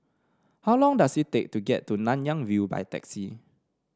how long does it take to get to Nanyang View by taxi